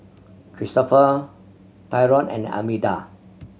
Cristofer Tyrone and Almeta